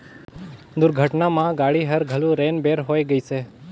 दुरघटना म गाड़ी हर घलो रेन बेर होए गइसे